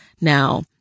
Now